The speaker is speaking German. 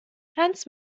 tanz